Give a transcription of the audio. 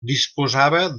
disposava